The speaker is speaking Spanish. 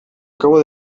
acabo